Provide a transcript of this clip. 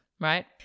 right